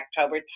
October